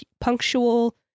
punctual